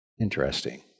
Interesting